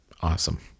awesome